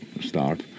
start